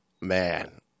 man